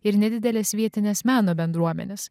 ir nedideles vietines meno bendruomenes